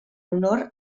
honor